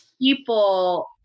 people